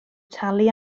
talu